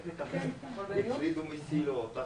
האם זה קרה כשהוא היה בים או כשהוא היה במסעדה או בעבודה,